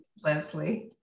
Leslie